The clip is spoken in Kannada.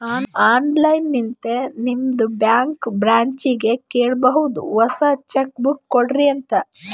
ಆನ್ಲೈನ್ ಲಿಂತೆ ನಿಮ್ದು ಬ್ಯಾಂಕ್ ಬ್ರ್ಯಾಂಚ್ಗ ಕೇಳಬೋದು ಹೊಸಾ ಚೆಕ್ ಬುಕ್ ಕೊಡ್ರಿ ಅಂತ್